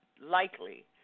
likely